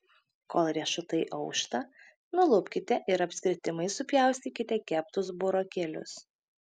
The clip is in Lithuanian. kol riešutai aušta nulupkite ir apskritimais supjaustykite keptus burokėlius